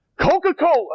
Coca-Cola